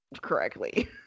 correctly